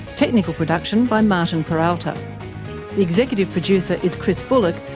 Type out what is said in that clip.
technical production by martin peralta, the executive producer is chris bullock,